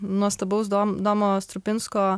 nuostabaus dom domo strupinsko